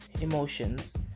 emotions